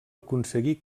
aconseguí